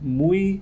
muy